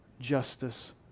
justice